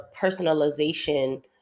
personalization